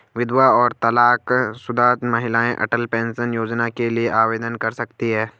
विधवा और तलाकशुदा महिलाएं अटल पेंशन योजना के लिए आवेदन कर सकती हैं